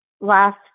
last